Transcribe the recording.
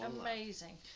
amazing